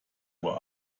uhr